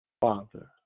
father